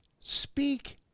speak